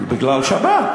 בגלל שבת.